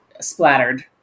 splattered